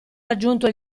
raggiunto